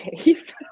case